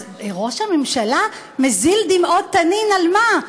אז ראש הממשלה מזיל דמעות תנין, על מה?